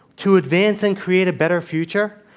to advance and create a better future,